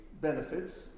benefits